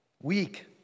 Weak